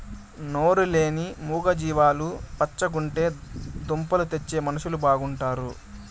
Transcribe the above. నోరు లేని మూగ జీవాలు పచ్చగుంటే దుంపలు తెచ్చే మనుషులు బాగుంటారు